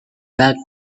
back